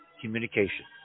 communication